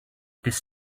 this